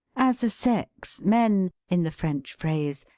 as a sex men, in the french phrase,